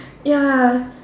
ya